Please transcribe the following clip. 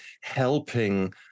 helping